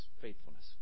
faithfulness